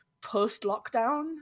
post-lockdown